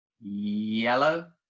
Yellow